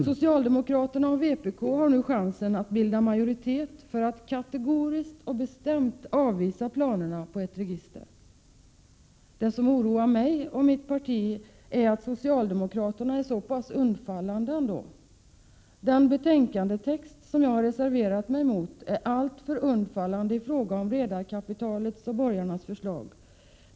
Socialdemokraterna och vpk har nu chansen att bilda majoritet för att kategoriskt och bestämt avvisa planerna på ett register. Det som oroar mig och mitt parti är att socialdemokraterna ändå är så pass undfallande. Den betänkandetext som jag har reserverat mig mot är alltför undfallande i fråga om redarkapitalets och borgarnas förslag.